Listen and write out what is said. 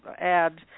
add